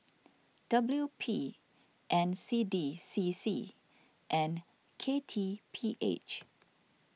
W P N C D C C and K T P H